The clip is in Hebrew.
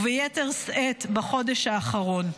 וביתר שאת, בחודש האחרון.